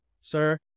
sir